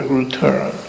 return